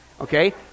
okay